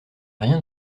rien